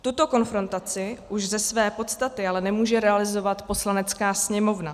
Tuto konfrontaci už ze své podstaty ale nemůže realizovat Poslanecká sněmovna.